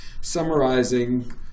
summarizing